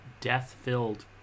death-filled